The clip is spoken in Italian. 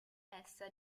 essa